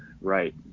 Right